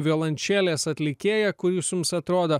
violončelės atlikėją kuris jums atrodo